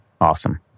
Awesome